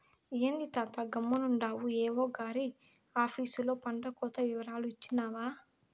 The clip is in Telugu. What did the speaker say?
ఏంది తాతా గమ్మునుండావు ఏవో గారి ఆపీసులో పంటకోత ఇవరాలు ఇచ్చినావా